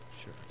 Sure